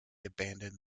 abandoned